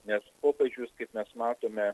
nes popiežius kaip mes matome